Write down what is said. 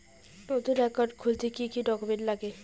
নতুন একাউন্ট খুলতে কি কি ডকুমেন্ট লাগে?